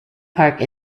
park